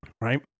right